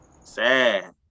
Sad